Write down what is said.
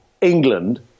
England